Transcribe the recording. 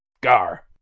Gar